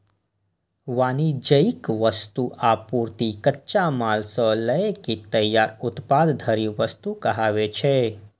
वाणिज्यिक वस्तु, आपूर्ति, कच्चा माल सं लए के तैयार उत्पाद धरि वस्तु कहाबै छै